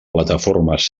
plataformes